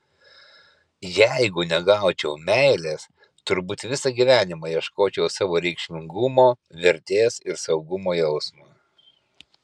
jeigu negaučiau meilės turbūt visą gyvenimą ieškočiau savo reikšmingumo vertės ir saugumo jausmo